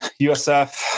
USF